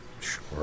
Sure